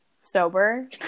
sober